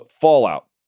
fallout